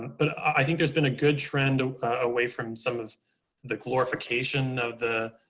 but i think there's been a good trend away from some of the glorification of the,